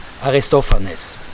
Aristophanes